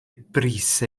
brys